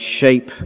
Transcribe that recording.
shape